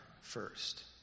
first